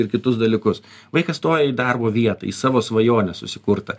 ir kitus dalykus vaikas stoja į darbo vietą į savo svajonę susikurtą